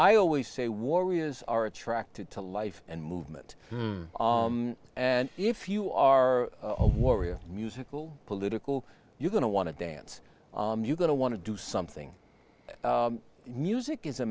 i always say warriors are attracted to life and movement and if you are a warrior musical political you're going to want to dance you're going to want to do something music is a